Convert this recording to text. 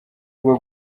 bwo